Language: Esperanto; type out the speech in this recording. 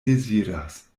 deziras